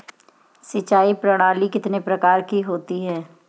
सिंचाई प्रणाली कितने प्रकार की होती है?